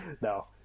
No